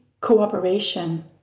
cooperation